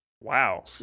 Wow